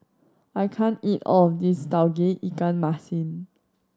I can't eat all of this Tauge Ikan Masin